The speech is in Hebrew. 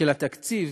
של התקציב